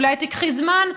אולי תיקחי זמן,